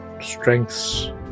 strengths